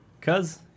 cause